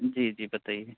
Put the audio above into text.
जी जी बताइए